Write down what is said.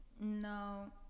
No